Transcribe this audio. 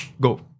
Go